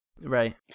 Right